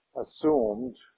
assumed